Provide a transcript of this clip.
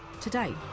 Today